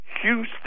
Houston